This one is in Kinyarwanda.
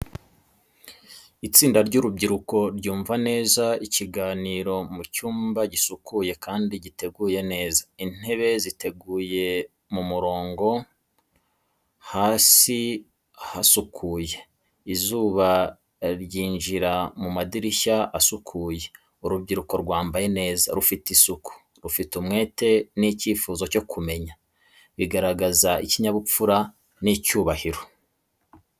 Itsinda ry’urubyiruko ryumva neza ikiganiro mu cyumba gisukuye kandi giteguye neza. Intebe ziteguye mu murongo hasi hasukuye, izuba rinjira mu madirishya asukuye. Urubyiruko rwambaye neza, rufite isuku, rufite umwete n’icyifuzo cyo kumenya, bigaragaza ikinyabupfura n’icyubahiro.